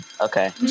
Okay